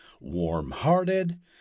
warm-hearted